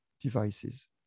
devices